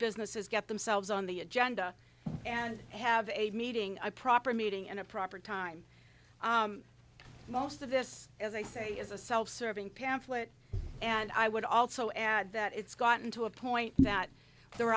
businesses get themselves on the agenda and have a meeting a proper meeting and a proper time most of this as i say is a self serving pamphlet and i would also add that it's gotten to a point that there